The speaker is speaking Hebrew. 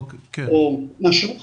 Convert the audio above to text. או נשרו חלקית.